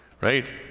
right